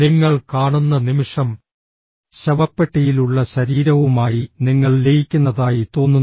നിങ്ങൾ കാണുന്ന നിമിഷം ശവപ്പെട്ടിയിലുള്ള ശരീരവുമായി നിങ്ങൾ ലയിക്കുന്നതായി തോന്നുന്നു